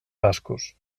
bascos